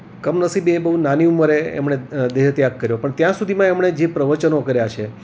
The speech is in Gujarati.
કમનસીબે એ બહું નાની ઉંમરે એમણે દેહ ત્યાગ કર્યો પણ ત્યાં સુધીમાં એમણે જે પ્રવચનો કર્યા છે